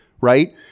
right